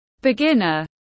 beginner